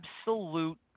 absolute